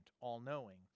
all-knowing